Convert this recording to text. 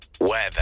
weather